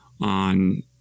on